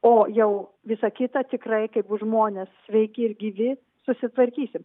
o jau visa kita tikrai kai bus žmonės sveiki ir gyvi susitvarkysim